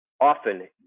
often